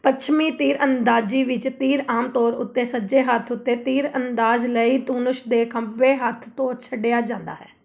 ਪੱਛਮੀ ਤੀਰ ਅੰਦਾਜ਼ੀ ਵਿੱਚ ਤੀਰ ਆਮ ਤੌਰ ਉੱਤੇ ਸੱਜੇ ਹੱਥ ਉੱਤੇ ਤੀਰਅੰਦਾਜ਼ ਲਈ ਧਨੁਸ਼ ਦੇ ਖੱਬੇ ਹੱਥ ਤੋਂ ਛੱਡਿਆ ਜਾਂਦਾ ਹੈ